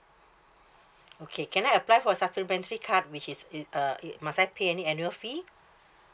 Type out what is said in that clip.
okay can I apply for a supplementary card which is it uh it must I pay any annual fee